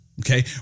Okay